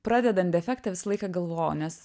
pradedant defektą visą laiką galvojau nes